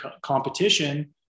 competition